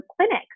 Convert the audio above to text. clinic